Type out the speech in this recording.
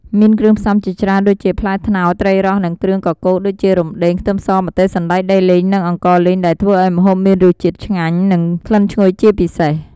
មានគ្រឿងផ្សំជាច្រើន ដូចជា ផ្លែត្នោត ត្រីរ៉ស់ និងគ្រឿងកកូរដូចជា រំដេង ខ្ទឹមស ម្ទេស សណ្ដែកដីលីង និងអង្ករលីង ដែលធ្វើឱ្យម្ហូបមានរសជាតិឆ្ងាញ់ និងក្លិនឈ្ងុយជាពិសេស។